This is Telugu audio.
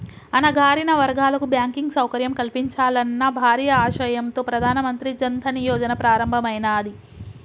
అణగారిన వర్గాలకు బ్యాంకింగ్ సౌకర్యం కల్పించాలన్న భారీ ఆశయంతో ప్రధాన మంత్రి జన్ ధన్ యోజన ప్రారంభమైనాది